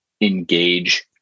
engage